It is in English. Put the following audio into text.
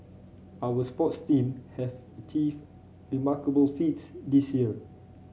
our sports team have achieved remarkable feats this year